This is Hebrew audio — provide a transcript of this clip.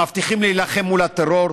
מבטיחים להילחם מול הטרור,